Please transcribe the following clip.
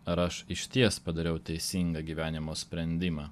ar aš išties padariau teisingą gyvenimo sprendimą